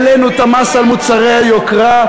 העלינו את המס על מוצרי היוקרה.